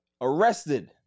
arrested